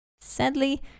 Sadly